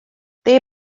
they